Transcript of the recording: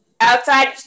Outside